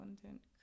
content